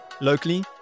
Locally